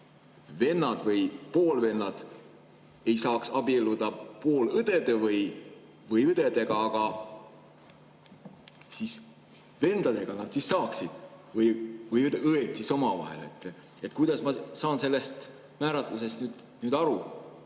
vennad või poolvennad ei saaks abielluda poolõdede või õdedega, aga vendadega saaksid või õed siis omavahel? Kuidas ma saan sellest määratlusest nüüd aru?